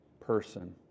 person